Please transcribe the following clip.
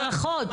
יש להם הערכות.